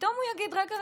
ופתאום הוא יגיד: רגע,